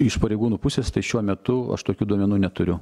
iš pareigūnų pusės tai šiuo metu aš tokių duomenų neturiu